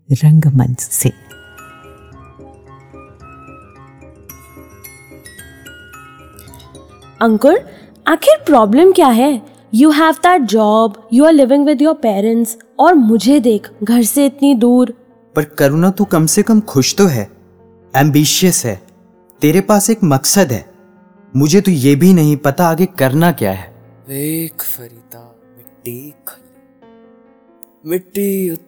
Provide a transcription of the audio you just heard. रंगमंच से। अंकुर, आखिर problem क्या है? You have that job, you are living with your parents, और मुझे देख, घर से इतनी दूर। पर करुणा, तू कम से कम खुश तो है, ambitious है, तेरे पास एक मकसद है, मुझे तो ये भी नहीं पता आगे करना क्या है। देख, फरीदा, मिट्टी खु- मिट्टी उत-